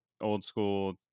old-school